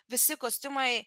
visi kostiumai